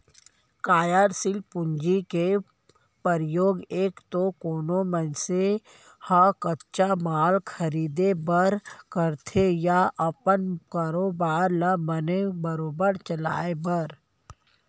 कारयसील पूंजी के परयोग एक तो कोनो मनसे ह कच्चा माल खरीदें बर करथे या अपन कारोबार ल बने बरोबर चलाय बर